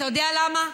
אתה יודע למה?